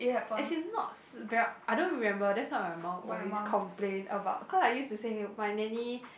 as in not s~ ver~ I don't remember that's why my mum always complain about because I used to say my nanny